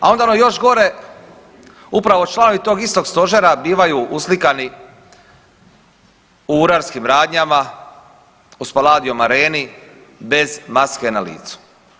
A onda ono još gore upravo članovi tog istog stožera bivaju uslikani u urarskim radnjama, u Spaladium Areni bez maske na licu.